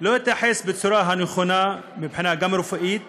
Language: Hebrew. לא התייחס בצורה הנכונה, גם מבחינה רפואית